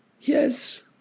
Yes